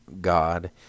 God